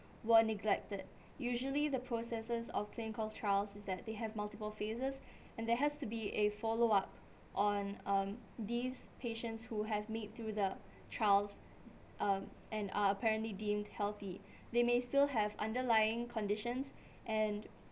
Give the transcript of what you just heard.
were neglected usually the processes of clinical trials is that they have multiple phases and there has to be a follow-up on um these patients who have made through the trials uh and are apparently deemed healthy they may still have underlying conditions and